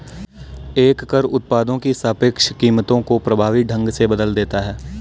एक कर उत्पादों की सापेक्ष कीमतों को प्रभावी ढंग से बदल देता है